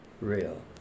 real